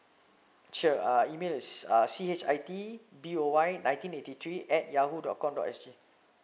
sure uh email is uh C H I T B O Y nineteen eighty three at yahoo dot com dot S G